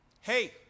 hey